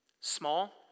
Small